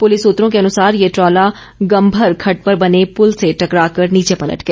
police सूत्रों के अनुसार ये ट्राला गंभर खड़ड पर बने पुल से टकरा कर नीचे पलट गया